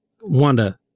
wanda